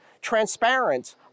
transparent